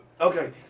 Okay